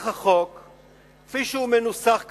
כפי שהוא מנוסח כרגע,